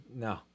no